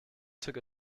took